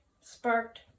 sparked